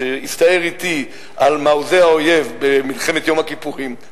שהסתער אתי על מעוזי האויב במלחמת יום הכיפורים,